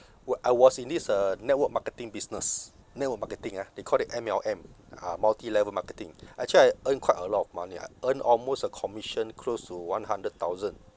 when I was in this uh network marketing business network marketing ah they call it M_L_M ah multilevel marketing actually I earn quite a lot of money I earn almost a commission close to one hundred thousand